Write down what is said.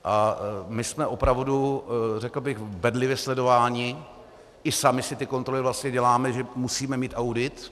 A my jsme opravdu, řekl bych, bedlivě sledováni, i si sami ty kontroly děláme, že musíme mít audit.